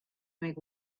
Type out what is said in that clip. make